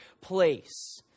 place